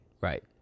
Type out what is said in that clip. right